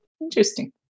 Interesting